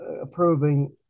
approving